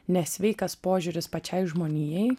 nesveikas požiūris pačiai žmonijai